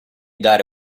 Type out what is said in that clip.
dare